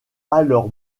alors